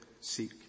seek